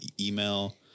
email